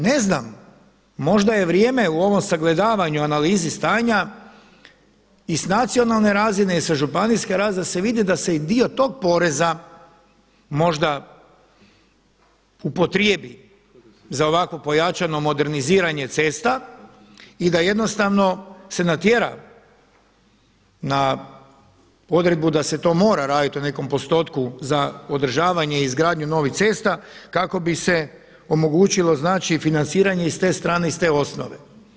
Ne znam, možda je vrijeme u ovom sagledavanju, analizi stanja i sa nacionalne razine i sa županijske razine da se vidi da se i dio tog poreza možda upotrijebi za ovako pojačano moderniziranje cesta i da jednostavno se natjera na odredbu da se to mora raditi u nekom postotku za održavanje i izgradnju novih cesta kako bi se omogućilo znači i financiranje i s te strane i s te osnove.